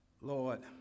Lord